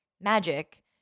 Magic